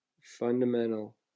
fundamental